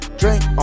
drink